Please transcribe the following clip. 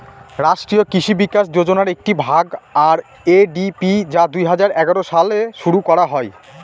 রাষ্ট্রীয় কৃষি বিকাশ যোজনার একটি ভাগ আর.এ.ডি.পি যা দুই হাজার এগারো সালে শুরু করা হয়